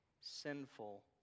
sinful